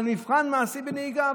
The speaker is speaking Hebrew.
על מבחן מעשי בנהיגה,